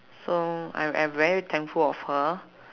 so I I'm very thankful of her